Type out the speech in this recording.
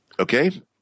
Okay